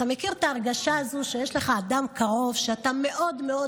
אתה מכיר את ההרגשה הזו שיש לך אדם קרוב שאתה מאוד מאוד